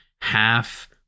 half